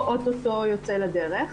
או יוצא לדרך או-טו-טו.